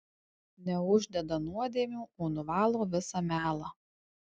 neuždeda nuodėmių o nuvalo visą melą